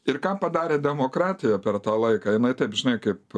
ir ką padarė demokratija per tą laiką jinai taip žinai kaip